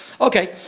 Okay